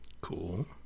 Cool